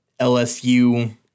LSU –